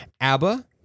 ABBA